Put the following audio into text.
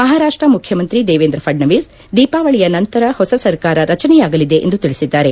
ಮಹಾರಾಷ್ಟ ಮುಖ್ಯಮಂತ್ರಿ ದೇವೇಂದ್ರ ಫಡ್ಡವೀಸ್ ದೀಪಾವಳಿಯ ನಂತರ ಹೊಸ ಸರ್ಕಾರ ರಚನೆಯಾಗಲಿದೆ ಎಂದು ತಿಳಿಸಿದ್ದಾರೆ